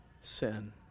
sin